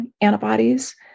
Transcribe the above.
antibodies